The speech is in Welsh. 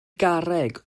garreg